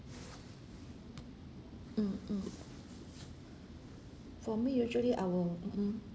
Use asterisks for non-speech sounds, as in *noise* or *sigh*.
*breath* mm mm for me usually I will mm mm